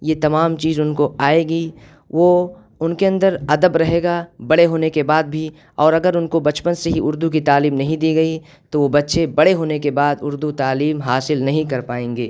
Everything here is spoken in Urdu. یہ تمام چیز ان کو آئے گی وہ ان کے اندر ادب رہے گا بڑے ہونے کے بعد بھی اور اگر ان کو بچپن سے ہی اردو کی تعلیم نہیں دی گئی تو وہ بچے بڑے ہونے کے بعد اردو تعلیم حاصل نہیں کر پائیں گے